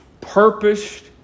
purposed